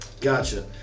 Gotcha